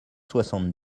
soixante